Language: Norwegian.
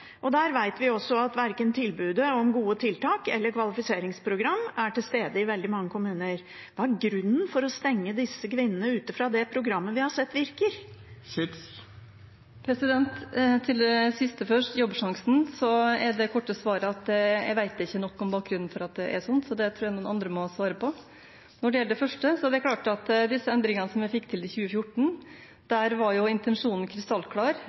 vet også at verken tilbudet om gode tiltak eller kvalifiseringsprogram er til stede i veldig mange kommuner. Hva er grunnen til å stenge disse kvinnene ute fra det programmet, som vi har sett virker? Først til det siste, Jobbsjansen: Det korte svaret er at jeg vet ikke nok om bakgrunnen for at det er slik. Det tror jeg andre må svare på. Når det gjelder det første, er det klart at med endringene som vi fikk til i 2014, var intensjonen